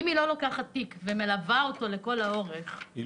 אם היא לא לוקחת תיקו ומלווה אותו לאורך כל הדרך,